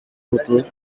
hotel